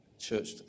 Church